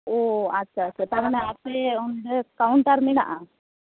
ᱚᱻ ᱟᱪᱪᱷᱟ ᱟᱪᱪᱷᱟ ᱛᱟᱨᱢᱟᱱᱮ ᱟᱯᱮ ᱚᱸᱰᱮ ᱠᱟᱣᱩᱱᱴᱟᱨ ᱢᱮᱱᱟᱜᱼᱟ